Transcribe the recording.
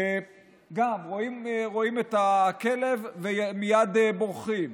רואים את הכלב ומייד בורחים,